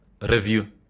Review